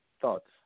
thoughts